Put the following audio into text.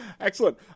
Excellent